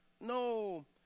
no